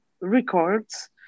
records